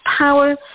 power